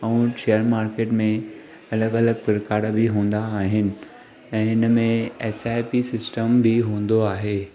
ऐं share market में अलॻि अलगि प्रकार बि हूंदा अहिनि ऐं हिन में एसआईपी सिस्टम बि हूंदो आहे